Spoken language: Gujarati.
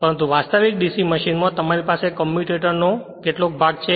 અને પરંતુ વાસ્તવિક DC મશીનમાં તમારી પાસે કમ્યુટેટર નો કેટલોક ભાગ છે